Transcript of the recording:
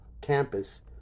campus